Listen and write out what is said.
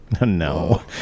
No